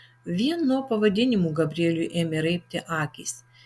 vien nuo pavadinimų gabrieliui ėmė raibti akys